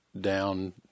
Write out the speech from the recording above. down